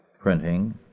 printing